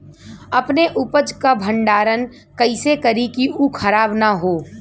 अपने उपज क भंडारन कइसे करीं कि उ खराब न हो?